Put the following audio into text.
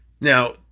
Now